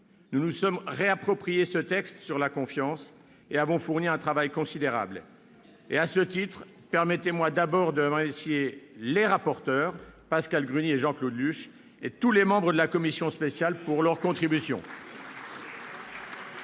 Nous nous sommes réapproprié ce texte sur la confiance et nous avons fourni un travail considérable. Bien sûr ! À ce titre, permettez-moi d'abord de remercier tout particulièrement les rapporteurs, Pascale Gruny et Jean-Claude Luche, et tous les membres de la commission spéciale de leur contribution.